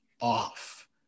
off